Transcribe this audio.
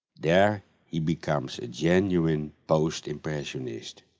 there he becomes a genuine post-impressionist.